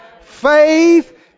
faith